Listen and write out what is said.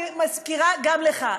אני מזכירה גם לך,